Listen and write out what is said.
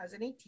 2018